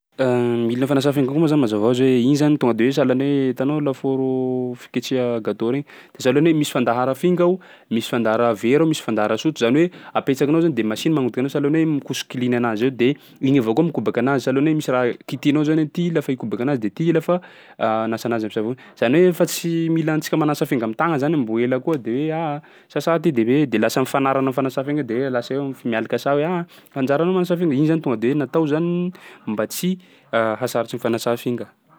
Laha milina fanasà finga koa moa zany mazava hoazy hoe igny zany tonga de hoe sahalan'ny hoe hitanao lafaoro fiketreha gâteau regny, de sahalan'ny hoe misy fandahara finga ao, misy fandahara vera ao, misy fandahara sotro, zany hoe apetsakinao zany de machine manodiky anazy sahalan'ny hoe mikosoky klin anazy eo de igny avao koa mikobaka anazy, sahalan'ny hoe misy raha kitihanao zany hoe ty lafa hikobaka anazy de ty lafa hanasa anazy am'savony. Zany hoe fa tsy mila antsika manasa finga am'tagna zany mbô ela koa de hoe aaa sasà ty de hoe de lasa mifanarana am'fanasà finga de hoe lasa eo mif- mialy kasà hoe aaa anjaranao manasa finga de iny zany tonga de hoe natao zany mba tsy hahasarotsy ny fanasà finga.